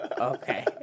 okay